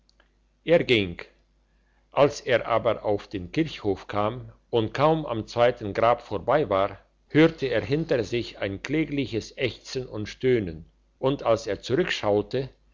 er ging als er aber auf den kirchhof kam und kaum am zweiten grab vorbei war hörte er hinter sich ein klägliches ächzen und stöhnen und als er